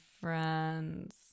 friends